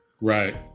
Right